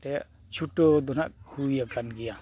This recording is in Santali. ᱮᱱᱛᱮᱫ ᱪᱷᱩᱴᱟᱹᱣ ᱫᱚ ᱱᱟᱦᱟᱜ ᱦᱩᱭ ᱟᱠᱟᱱ ᱜᱮᱭᱟ